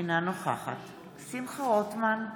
אינה נוכחת שמחה רוטמן,